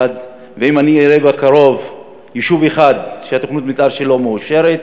והאם אני אראה בקרוב יישוב אחד שתוכנית המתאר שלו מאושרת?